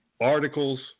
articles